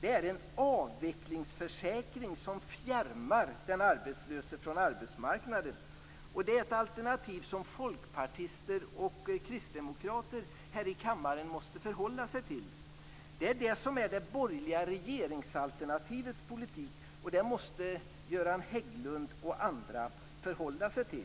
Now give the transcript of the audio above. Det är en avvecklingsförsäkring som fjärmar den arbetslöse från arbetsmarknaden. Det är ett alternativ som folkpartister och kristdemokrater här i kammaren måste förhålla sig till. Det är det som är det borgerliga regeringsalternativets politik, och det måste Göran Hägglund och andra förhålla sig till.